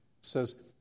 says